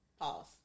pause